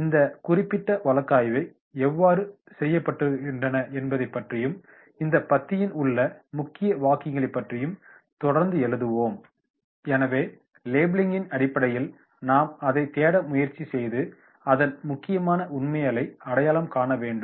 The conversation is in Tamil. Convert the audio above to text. இந்த குறிப்பிட்ட வழக்காய்வை எவ்வாறு ஆய்வு செய்யப்படுகின்றன என்பதை பற்றியும் இந்த பத்தியில் உள்ள முக்கிய வாக்கியங்களைப் பற்றியும் தொடர்ந்து எழுதுவோம் எனவே லேபிளிங்கின் அடிப்படையில் நாம் அதை தேட முயற்சி செய்து அதன் முக்கியமான உண்மைகளை அடையாளம் காண வேண்டும்